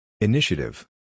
Initiative